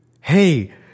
hey